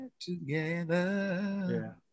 Together